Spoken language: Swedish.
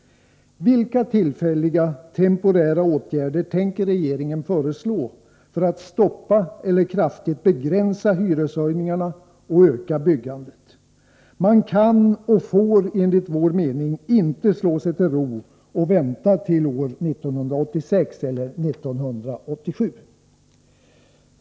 Vilka tillfälliga, temporära åtgärder tänker regeringen föreslå för att stoppa eller kraftigt begränsa hyreshöjningarna och öka byggandet? Man kan och får enligt vår mening inte slå sig till ro och vänta till år 1986 eller 1987!